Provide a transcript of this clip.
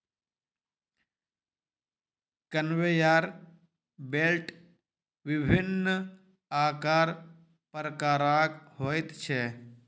conveyor belt विभिन्न आकार प्रकारक होइत छै